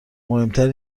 مهمتر